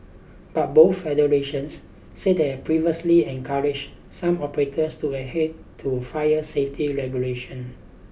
but both federations said they had previously encouraged some operators to adhere to fire safety regulation